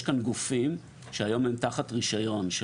יש כאן גופים שהיום הם תחת רישיון של